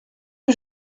que